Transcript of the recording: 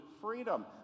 freedom